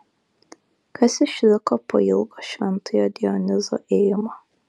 kas išliko po ilgo šventojo dionizo ėjimo